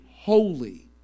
holy